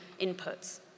inputs